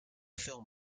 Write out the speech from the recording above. film